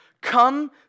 Come